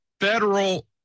federal